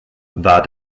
war